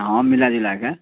हाँ मिलाए जुलाए कऽ